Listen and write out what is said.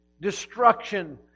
destruction